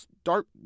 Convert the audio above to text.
start